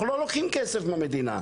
אנחנו לא לוקחים כסף מהמדינה,